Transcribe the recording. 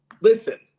Listen